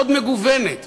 מאוד מגוונת.